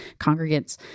congregants